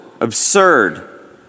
absurd